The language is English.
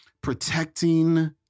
protecting